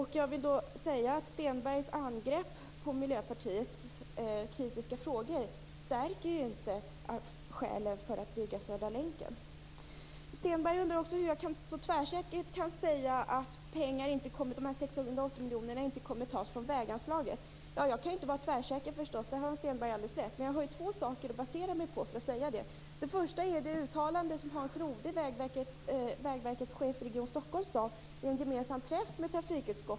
Hans Stenbergs angrepp på Miljöpartiets kritiska frågor stärker inte skälen för att bygga Södra länken. Hans Stenberg undrade också hur jag så tvärsäkert kan säga att dessa 680 miljoner inte kommer att tas från väganslaget. Jag kan förstås inte vara tvärsäker, det har Hans Stenberg helt rätt i. Men jag har två saker att basera mitt uttalande på.